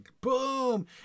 boom